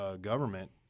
Government